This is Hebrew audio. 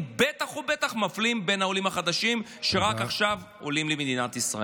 ובטח ובטח מפלים בין העולים החדשים שרק עכשיו עולים למדינת ישראל.